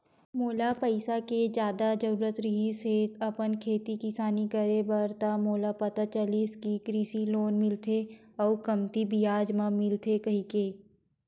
मोला पइसा के जादा जरुरत रिहिस हे अपन खेती किसानी करे बर त मोला पता चलिस कि कृषि लोन मिलथे अउ कमती बियाज म मिलथे कहिके